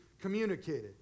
communicated